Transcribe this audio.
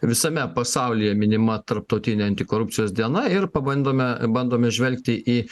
visame pasaulyje minima tarptautinė antikorupcijos diena ir pabandome bandome žvelgti į